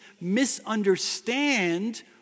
misunderstand